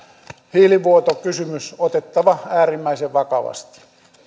hiilivuotokysymys otettava äärimmäisen vakavasti